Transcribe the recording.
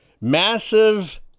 massive